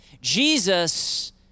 Jesus